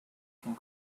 can